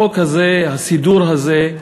החוק הזה, הסידור הזה,